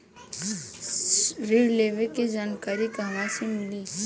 ऋण लेवे के जानकारी कहवा से मिली?